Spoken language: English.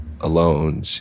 alone